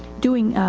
doing, ah,